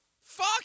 Fuck